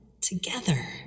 Together